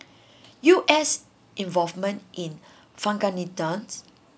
U_S involvement in afghanistan